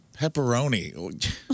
Pepperoni